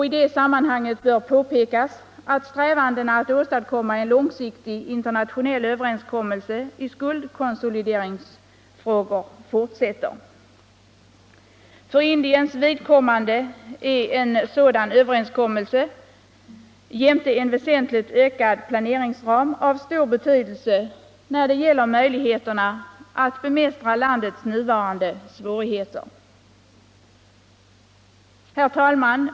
I det sammanhanget bör påpekas att strävandena att åstadkomma en långsiktig internationell överenskommelse i skuldkonsolideringsfrågor fortsätter. För Indiens vidkommande är en sådan överenskommelse jämte en väsentligt ökad planeringsram av stor betydelse för möjligheterna att bemästra landets nuvarande svårigheter. Herr talman!